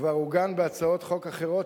כבר עוגן בהצעות חוק אחרות,